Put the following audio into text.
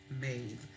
made